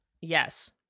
Yes